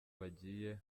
bagiye